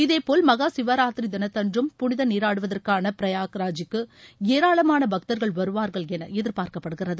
இதேபோல் மகா சிவராத்திரி தினத்தன்றும் புனித நீராடுவதற்கான பிரயாக்ராஜிக்கு ஏராளமான பக்தர்கள் வருவார்கள் என எதிர்பார்க்கப்படுகிறது